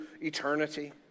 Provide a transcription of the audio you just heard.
eternity